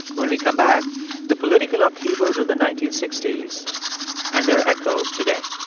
when we come back the political upheavals of the nineteen sixty s and their echoes today.